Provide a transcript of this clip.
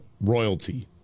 royalty